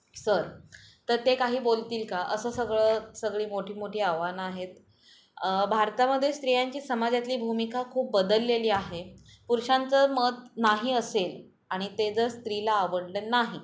sir तर ते काही बोलतील का असं सगळं सगळी मोठी मोठी आव्हानं आहेत भारतामध्ये स्त्रियांची समाजातली भूमिका खूप बदललेली आहे पुरुषांचं मत नाही असेल आणि ते जर स्त्रीला आवडलं नाही